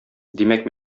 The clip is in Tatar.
димәк